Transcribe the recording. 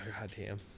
Goddamn